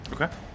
Okay